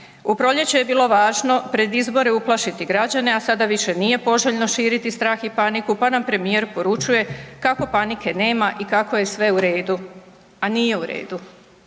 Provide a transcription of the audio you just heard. U proljeće je bilo važno pred izbore uplašiti građane, a sada više nije poželjno širiti strah i paniku pa nam premijer poručuje kako panike nema i kako je sve u redu. A nije u redu.